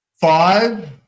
Five